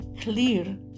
clear